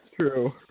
true